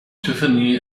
tiffany